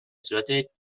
صورت